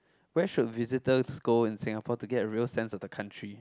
where should visitors go in Singapore to get a real sense of the country